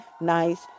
nice